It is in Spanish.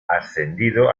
ascendido